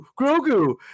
grogu